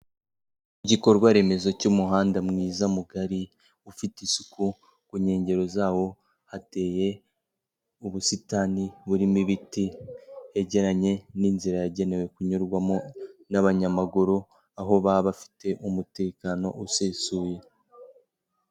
Igikorwa remezo cy'umuhanda mwiza mugari ufite isuku, ku nkengero zawo hateye ubusitani burimo ibiti, yegeranye n'inzira yagenewe kunyurwamo n'abanyamaguru aho baba bafite umutekano usesuye.